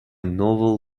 novel